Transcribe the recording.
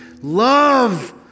love